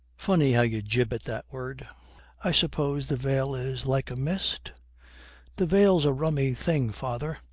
funny how you jib at that word i suppose the veil is like a mist the veil's a rummy thing, father.